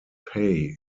pay